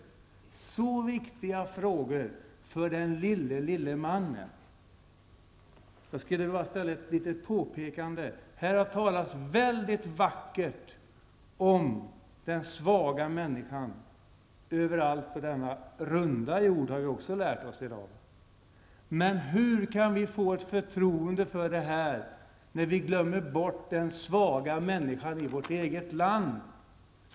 Det är viktiga frågor för den lille, lille mannen. Här har talats mycket vackert om den svaga människan överallt på denna runda jord -- det har vi också lärt oss i dag. Men hur kan vi få ett förtroende, när vi glömmer bort den svaga människan i vårt eget land.